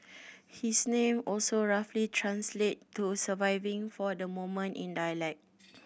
his name also roughly translate to surviving for the moment in dialect